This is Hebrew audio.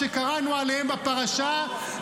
שקראנו עליהם בפרשה,